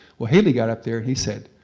well, haley got up there. he said,